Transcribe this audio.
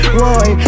boy